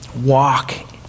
walk